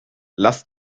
lass